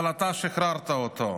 אבל אתה שחררת אותו.